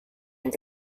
yang